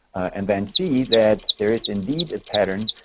and then see that there is indeed a pattern.